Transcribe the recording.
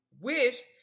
wished